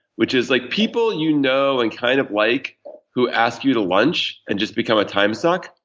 which is like people you know and kind of like who ask you to lunch and just become a time suck,